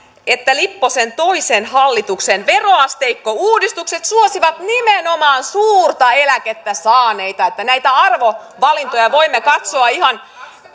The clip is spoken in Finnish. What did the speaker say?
että lipposen toisen hallituksen veroasteikkouudistukset suosivat nimenomaan suurta eläkettä saaneita eli näitä arvovalintoja voimme katsoa ihan